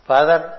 Father